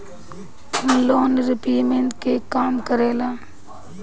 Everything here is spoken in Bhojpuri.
लोन रीपयमेंत केगा काम करेला?